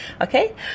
Okay